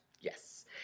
Yes